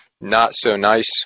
not-so-nice